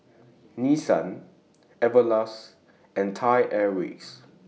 Nissan Everlast and Thai Airways